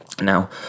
Now